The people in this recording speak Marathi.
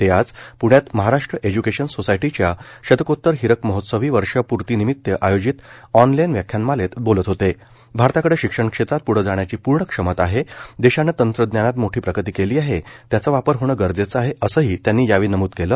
ते आज पुण्यात महाराष्ट्र एज्युकेशन सोसायटीच्या शतकोत्तर हिरक महोत्सवी वर्षपूर्तीनिमित्त आयोजित ऑनलाईन व्याख्यानमालेत बोलत भारताकडं शिक्षण क्षेत्रात पुढं जाण्याची पूर्ण क्षमता आहे देशानं तंत्रज्ञानात मोठी प्रगती केली केली आहे त्याचा वापर होणं गरजेचं आहे असंही त्यांनी नमूद केलं